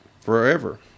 forever